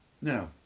Now